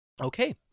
Okay